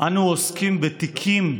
אנו עוסקים בתיקים,